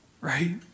Right